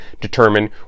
determine